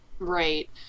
Right